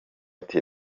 ati